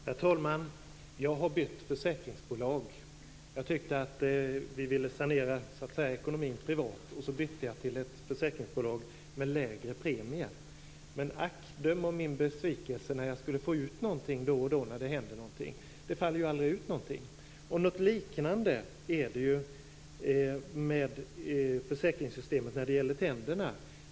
Herr talman! Jag har bytt försäkringsbolag. Jag ville så att säga sanera ekonomin privat, och så bytte jag till ett försäkringsbolag med lägre premie. Men ack, döm om min besvikelse när jag skulle få ut någonting då det hade hänt någonting. Det faller ju aldrig ut någonting. Något liknande är det med försäkringssystemet när det gäller tänderna.